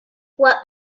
what